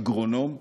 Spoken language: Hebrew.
אגרונום,